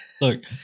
Look